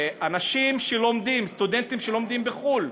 אנשים שלומדים, סטודנטים שלומדים בחו"ל,